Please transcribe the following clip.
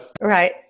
Right